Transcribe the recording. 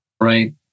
right